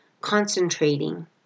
concentrating